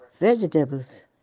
vegetables